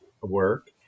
work